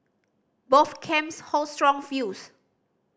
both camps hold strong views